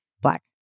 Black